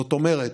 זאת אומרת,